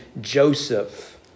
Joseph